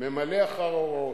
ממלא אחר ההוראות.